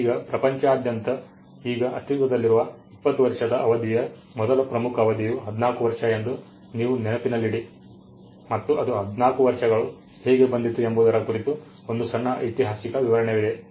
ಈಗ ಪ್ರಪಂಚದಾದ್ಯಂತ ಈಗ ಅಸ್ತಿತ್ವದಲ್ಲಿರುವ 20 ವರ್ಷದ ಅವಧಿಯ ಮೊದಲು ಪ್ರಮುಖ ಅವಧಿಯು 14 ವರ್ಷ ಎಂದು ನೀವು ನೆನಪಿನಲ್ಲಿಡಿ ಮತ್ತು ಅದು 14 ವರ್ಷಗಳು ಹೇಗೆ ಬಂದಿತು ಎಂಬುದರ ಕುರಿತು ಒಂದು ಸಣ್ಣ ಐತಿಹಾಸಿಕ ವಿವರಣೆವಿದೆ